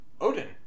Odin